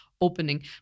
opening